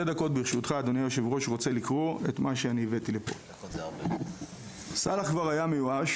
דקות ברשותך אני רוצה לקרוא את מה שהבאתי לפה: סאלח כבר היה מיואש,